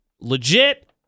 legit